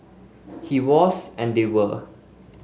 he was and they were